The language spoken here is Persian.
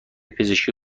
پزشکی